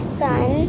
sun